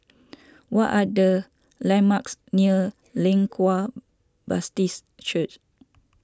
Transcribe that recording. what are the landmarks near Leng Kwang Baptist Church